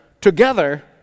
together